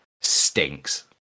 stinks